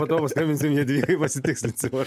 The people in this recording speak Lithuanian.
po to paskambinsim jadvygai pasitikslinsim